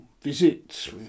visits